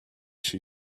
she